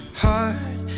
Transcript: heart